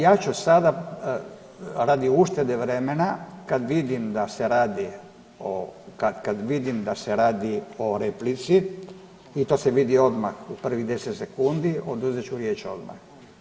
Ja ću sada radi uštede vremena kad vidim da se radi o, kad vidim da se radi o replici i to se vidi odmah u prvih 10 sekundi, oduzet ću riječ odmah.